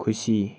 खुसी